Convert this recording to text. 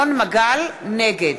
נגד